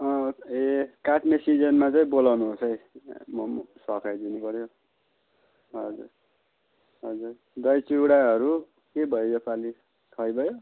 ए काट्ने सिजनमा चाहिँ बोलाउनु होस् है मो पनि सघाइ दिनुपऱ्यो हजुर हजुर दही चिउराहरू के भयो यो पाली खुवाइ भयो